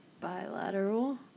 Bilateral